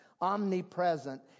omnipresent